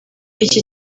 iki